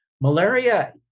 malaria